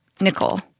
Nicole